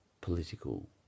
political